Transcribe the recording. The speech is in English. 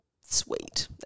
sweet